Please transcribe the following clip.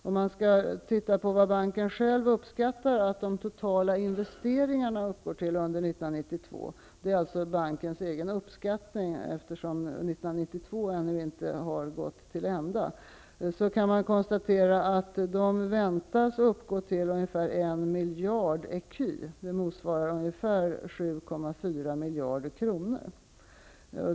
Om man tittar på vad banken själv uppskattar att de totala investeringarna kommer att uppgå till under 1992 kan man konstatera att de väntas uppgå till ca 1 miljard ecu. Det är alltså fråga om bankens egen uppskattning, eftersom år 1992 ännu inte har gått till ända. Detta motsvarar ungefär 7,4 miljarder kronor.